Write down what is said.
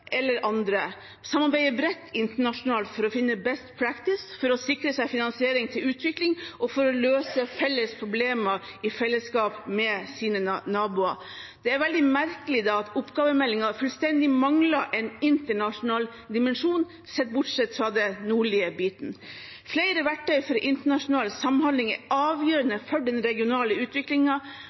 eller andre. De samarbeider bredt internasjonalt for å finne «best practice», for å sikre seg finansiering til utvikling og for å løse felles problemer i fellesskap med sine naboer. Det er veldig merkelig da at oppgavemeldingen fullstendig mangler en internasjonal dimensjon, bortsett fra den nordlige biten. Flere verktøy for internasjonal samhandling er avgjørende for den regionale